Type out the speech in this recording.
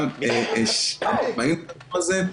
גם עצמאים בעסק הזה,